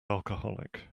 alcoholic